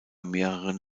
mehreren